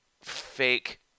fake